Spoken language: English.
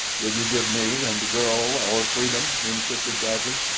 will you give me and the girl our freedom? insisted bradley.